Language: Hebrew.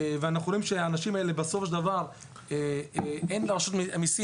אנחנו רואים שבסופו של דבר אין לרשות המיסים